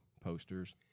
posters